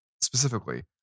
specifically